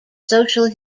social